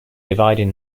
divided